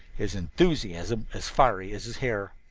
his enthusiasm as fiery as his hair.